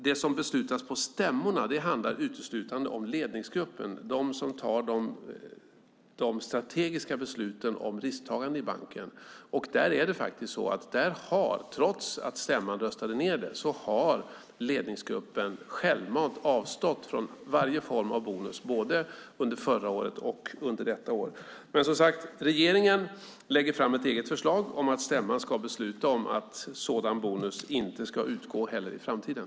Det som beslutas på stämmorna handlar uteslutande om ledningsgruppen, om dem som tar de strategiska besluten om risktagande i banken. Trots att stämman röstade ned det har ledningsgruppen självmant avstått från varje form av bonus både under förra året och under detta år. Regeringen lägger, som sagt, fram ett eget förslag om att stämman ska besluta om att sådan bonus inte heller ska utgå i framtiden.